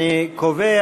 אני קובע